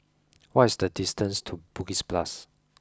what is the distance to Bugis plus